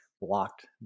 blocked